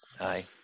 Aye